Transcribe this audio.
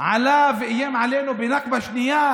עלה ואיים עלינו בנכבה שנייה,